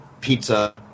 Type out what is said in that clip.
pizza